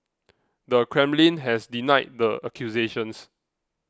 the Kremlin has denied the accusations